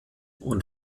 und